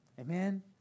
Amen